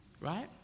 right